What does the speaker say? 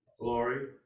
glory